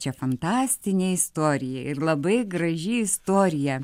čia fantastinė istorija ir labai graži istorija